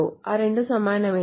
ఈ రెండూ సమానమైనవి